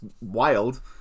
wild